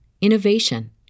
innovation